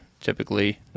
typically